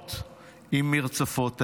ושרות עם מרצפות העיר.